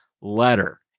letter